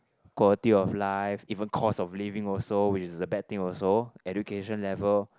quality of life even cost of living also which is a bad thing also education level